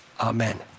Amen